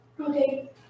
Okay